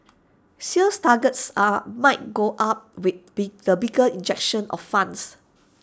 sales targets are might go up with be the bigger injection of funds